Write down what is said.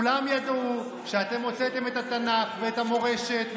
כולם ידעו שאתם הוצאתם את התנ"ך ואת המורשת,